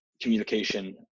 communication